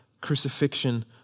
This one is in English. crucifixion